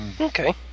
Okay